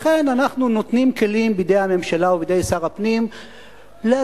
לכן אנחנו נותנים כלים בידי הממשלה ובידי שר הפנים להגיד,